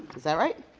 is that right?